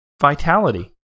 vitality